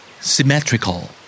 Symmetrical